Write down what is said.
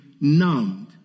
numbed